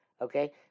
Okay